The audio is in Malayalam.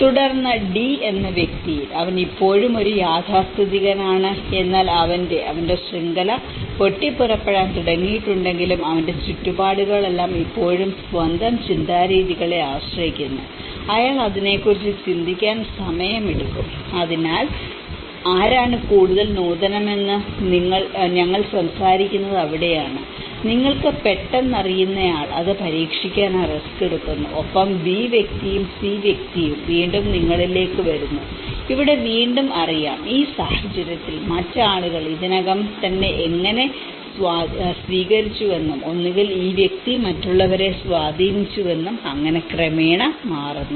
തുടർന്ന് D എന്ന വ്യക്തിയിൽ അവൻ ഇപ്പോഴും ഒരു യാഥാസ്ഥിതികനാണ് എന്നാൽ അവന്റെ അവന്റെ ശൃംഖല പൊട്ടിപ്പുറപ്പെടാൻ തുടങ്ങിയിട്ടുണ്ടെങ്കിലും അവന്റെ ചുറ്റുപാടുകളെല്ലാം ഇപ്പോഴും സ്വന്തം ചിന്താരീതികളെ ആശ്രയിക്കുന്നു അയാൾ അതിനെക്കുറിച്ച് ചിന്തിക്കാൻ സമയമെടുക്കും അതിനാൽ ആരാണ് കൂടുതൽ നൂതനമെന്ന് ഞങ്ങൾ സംസാരിക്കുന്നത് അവിടെയാണ് നിങ്ങൾക്ക് പെട്ടെന്ന് അറിയാവുന്നയാൾ അത് പരീക്ഷിക്കാൻ ആ റിസ്ക് എടുക്കുന്നു ഒപ്പം ബി വ്യക്തിയും സി വ്യക്തിയും വീണ്ടും നിങ്ങളിലേക്ക് വരുന്നു ഇവിടെ വീണ്ടും അറിയാം ഈ സാഹചര്യത്തിൽ മറ്റ് ആളുകൾ ഇതിനകം എങ്ങനെ സ്വീകരിച്ചുവെന്നും ഒന്നുകിൽ ഈ വ്യക്തി മറ്റുള്ളവരെ സ്വാധീനിച്ചുവെന്നും അങ്ങനെ ക്രമേണ മാറുന്നു